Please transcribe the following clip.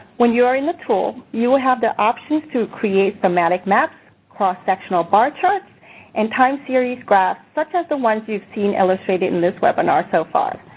when you are in the tool, you will have the options to create thematic maps, cross sectional bar charts and time series graphs such as the ones you've seen illustrated in this webinar so far.